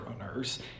owners